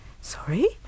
Sorry